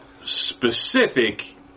specific